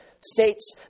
states